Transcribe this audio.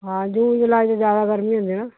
ਹਾਂ ਜੂਨ ਜੁਲਾਈ 'ਚ ਜ਼ਿਆਦਾ ਗਰਮੀ ਹੁੰਦੀ ਨਾ